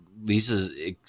Lisa's